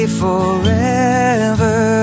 forever